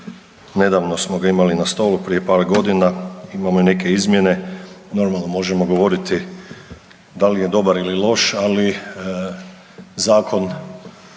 nedavno smo ga imali na stolu prije par godina, imamo i neke izmjene normalno možemo govoriti da li je dobar ili loš, ali zakon